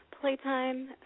playtime